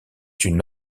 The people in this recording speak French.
une